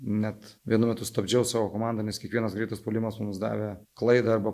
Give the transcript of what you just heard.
net vienu metu stabdžiau savo komandą nes kiekvienas greitas puolimas mums davė klaidą arba